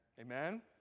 Amen